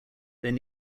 there